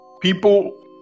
people